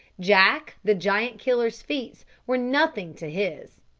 jack the giant-killer's feats were nothing to his,